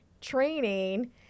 training